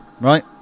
right